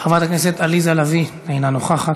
חברת הכנסת עליזה לביא, אינה נוכחת.